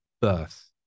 birth